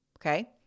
Okay